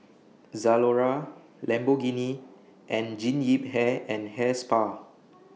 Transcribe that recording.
Zalora Lamborghini and Jean Yip Hair and Hair Spa